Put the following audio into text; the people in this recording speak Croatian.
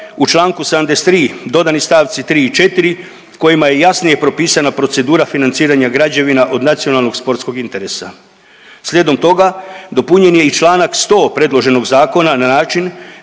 u čl. 73. dodani stavci 3. i 4. kojima je jasnije propisana procedura financiranja građevina od nacionalnog sportskog interesa. Slijedom toga, dopunjen je i čl. 100. predloženog zakona na način